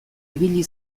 ibili